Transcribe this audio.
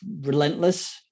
relentless